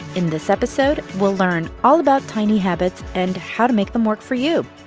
in this episode, we'll learn all about tiny habits and how to make them work for you